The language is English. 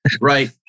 right